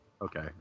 okay